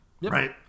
Right